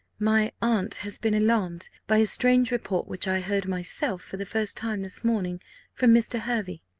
my aunt has been alarmed by a strange report which i heard myself for the first time this morning from mr. hervey.